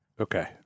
okay